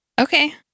Okay